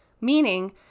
meaning